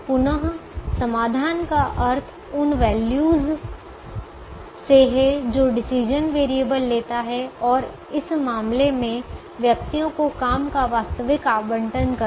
पुनः समाधान का अर्थ उन वैल्यू से है जो डिसीजन वेरिएबल लेता है और इस मामले में व्यक्तियों को काम का वास्तविक आवंटन करना